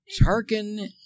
Tarkin